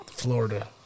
Florida